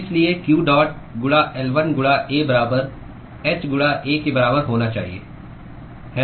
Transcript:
इसलिए q dot गुणा L1 गुणा A बराबर h गुणा A के बराबर होना चाहिए